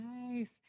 Nice